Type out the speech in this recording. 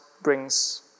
brings